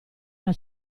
alla